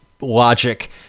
logic